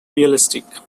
realistic